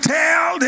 tell